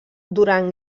durant